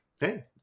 hey